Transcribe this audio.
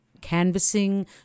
canvassing